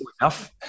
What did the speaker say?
enough